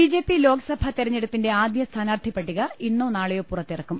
B J P Lok Sabha തെരഞ്ഞെടുപ്പിന്റെ ആദ്യ സ്ഥാനാർത്ഥി പട്ടിക ഇന്നോ നാളെയോ പുറത്തിറക്കും